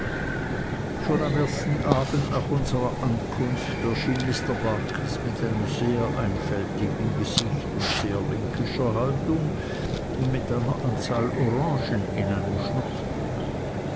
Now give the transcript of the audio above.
schon am ersten abend nach unserer ankunft erschien mr barkis mit einem sehr einfältigen gesicht und sehr linkischer haltung und mit einer anzahl orangen in einem